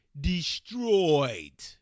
Destroyed